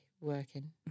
working